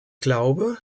glaube